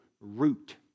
root